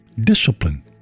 discipline